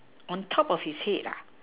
on top of his head